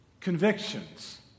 convictions